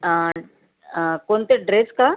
अन् कोणते ड्रेस का